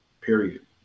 Period